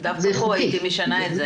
זה איכותי.